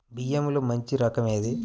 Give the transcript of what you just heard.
బియ్యంలో మంచి రకం ఏది?